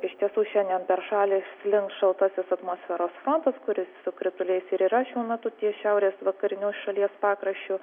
iš tiesų šiandien per šalį slinks šaltasis atmosferos frontas kuris su krituliais ir yra šiuo metu ties šiaurės vakariniu šalies pakraščiu